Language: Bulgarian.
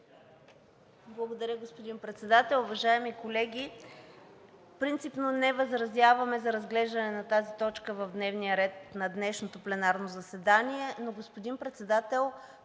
Благодаря, господин Председател. Уважаеми народни представители, принципно не възразяваме за разглеждане на тази точка в дневния ред на днешното пленарно заседание, но, господин Председател,